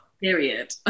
Period